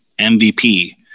MVP